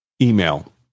Email